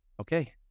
okay